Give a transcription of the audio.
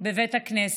בבית הכנסת.